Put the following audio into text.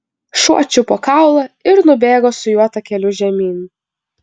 šuo čiupo kaulą ir nubėgo su juo takeliu žemyn